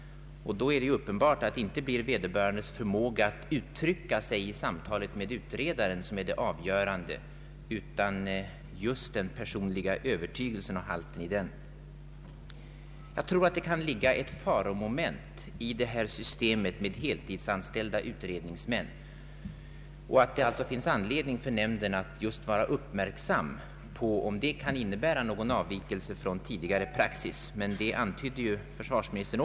Uppenbart är att det då inte är veder börandes förmåga att uttrycka sig i samtalet med utredaren som är det avgörande utan just den personliga övertygelsen och halten i den. Jag tror att det kan ligga ett faromoment i systemet med heltidsanställda utredningsmän och att det alltså finns anledning för nämnden att uppmärksamma om inte detta system kan innebära avvikelser från tidigare praxis. Det antydde också försvarsministern.